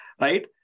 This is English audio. right